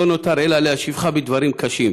ולא נותר אלא להשיבך בדברים קשים.